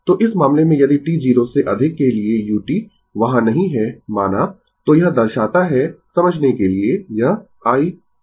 तो इस मामले में यदि t 0 से अधिक के लिए u वहाँ नहीं है माना तो यह दर्शाता है समझने के लिए यह I है